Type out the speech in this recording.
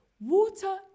Water